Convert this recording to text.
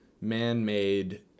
man-made